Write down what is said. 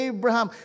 Abraham